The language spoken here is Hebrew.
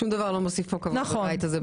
שום דבר לא מוסיף פה כבוד בבית הזה --- נכון,